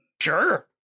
Sure